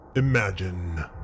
Imagine